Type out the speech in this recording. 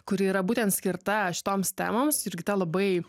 kuri yra būtent skirta toms temoms jurgita labai